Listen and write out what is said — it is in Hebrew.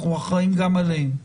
אנחנו אחראים גם עליהם,